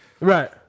Right